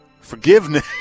Forgiveness